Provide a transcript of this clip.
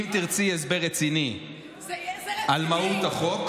אם תרצי הסבר רציני על מהות החוק,